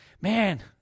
Man